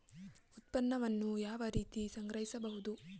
ಉತ್ಪನ್ನವನ್ನು ಯಾವ ರೀತಿ ಸಂಗ್ರಹಿಸಬಹುದು?